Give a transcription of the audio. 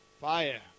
fire